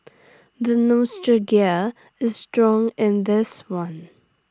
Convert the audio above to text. the nostalgia is strong in this one